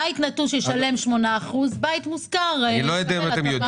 בית נטוש ישלם 8%, בית מושכר ישלם פחות.